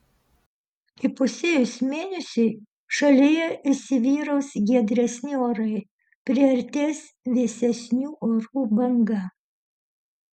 įpusėjus mėnesiui šalyje įsivyraus giedresni orai priartės vėsesnių orų banga